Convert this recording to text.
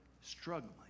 struggling